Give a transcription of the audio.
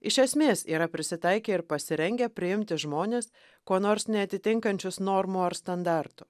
iš esmės yra prisitaikę ir pasirengę priimti žmones kuo nors neatitinkančius normų ar standartų